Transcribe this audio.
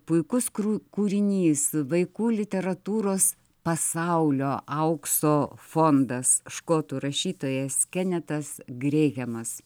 puikus kru kūrinys vaikų literatūros pasaulio aukso fondas škotų rašytojas kenetas greihemas